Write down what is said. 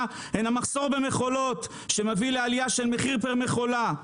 הם המחסור במכולות שמביא לעלייה של מחיר פר מכולה.